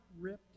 ripped